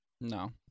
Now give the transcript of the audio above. No